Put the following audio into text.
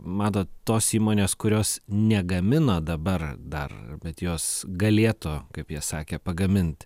matot tos įmonės kurios negamina dabar dar bet jos galėtų kaip jie sakė pagamint